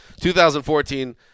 2014